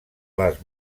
les